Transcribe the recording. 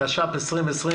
התש"ף-2020,